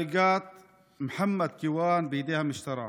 הריגת מוחמד כיוואן בידי המשטרה.